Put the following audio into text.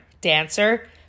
dancer